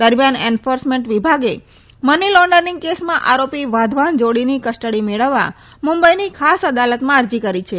દરમ્યાન એન્ફોર્સમેન્ટ વિભાગે money laundering કેસમાં આરોપી વાધવાન જોડીની કસ્ટડી મેળવવા મુંબઇની ખાસ અદાલતમાં અરજી કરી છે